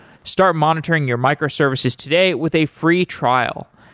start monitoring your micro services today with a free trial.